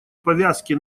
повязки